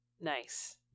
nice